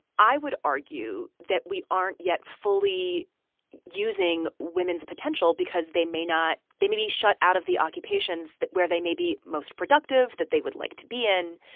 i would argue that we aren't yet fully using women's potential because they may not they may be shut out of the occupations where they may be most productive, that they would like to be in.